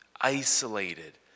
isolated